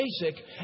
basic